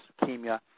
leukemia